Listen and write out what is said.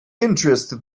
interested